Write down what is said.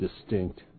distinct